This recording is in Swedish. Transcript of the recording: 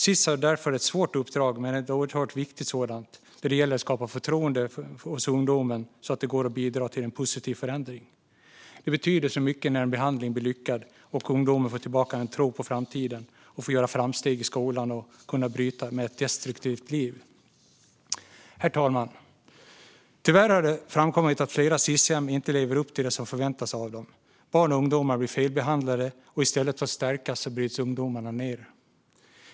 Sis har därför ett svårt uppdrag, men ett oerhört viktigt sådant, där det gäller att skapa förtroende hos ungdomen så att det går att bidra till en positiv förändring. Det betyder mycket när en behandling blir lyckad och ungdomen får tillbaka en tro på framtiden och får göra framsteg i skolan och kan bryta med ett destruktivt liv. Herr talman! Tyvärr har det framkommit att flera Sis-hem inte lever upp till det som förväntas av dem. Barn och ungdomar blir felbehandlade, och i stället för att stärkas bryts ungdomarna ned.